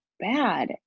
bad